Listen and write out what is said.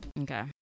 Okay